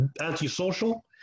anti-social